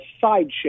sideshow